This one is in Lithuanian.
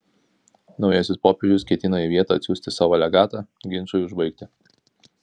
naujasis popiežius ketino į vietą atsiųsti savo legatą ginčui užbaigti